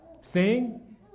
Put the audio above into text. Sing